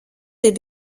les